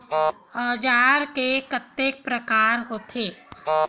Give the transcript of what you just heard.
औजार के कतेक प्रकार होथे?